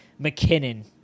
McKinnon